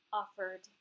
offered